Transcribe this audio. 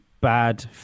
bad